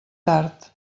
tard